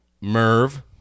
Merv